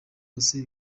bose